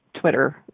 Twitter